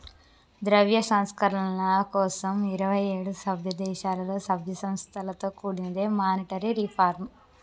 ద్రవ్య సంస్కరణల కోసం ఇరవై ఏడు సభ్యదేశాలలో, సభ్య సంస్థలతో కూడినదే మానిటరీ రిఫార్మ్